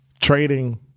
trading